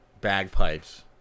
bagpipes